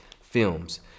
Films